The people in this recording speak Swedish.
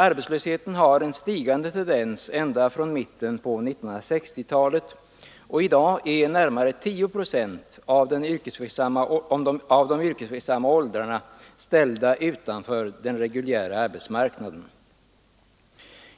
Arbetslösheten har en stigande tendens ända från mitten av 1960-talet, och i dag är närmare 10 procent av de yrkesverksamma åldrarna ställda utanför den reguljära arbetsmarknaden.